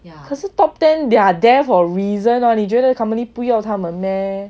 yeah 可是 top ten they are there for reason mah 你觉得 company 不要他们 meh